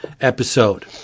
episode